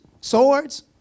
swords